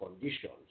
conditions